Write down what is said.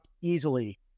easily